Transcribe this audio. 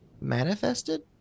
manifested